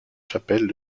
chapelles